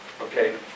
okay